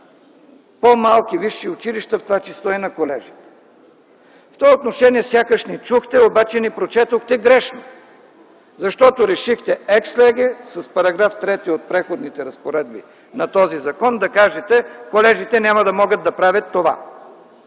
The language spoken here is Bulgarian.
по-малки висши училища, в това число и на колежи), в това отношение сякаш ни чухте, обаче ни прочетохте грешно, защото решихте екс леге с § 3 от Преходните разпоредби на този закон да кажете – колежите няма да могат да правят това,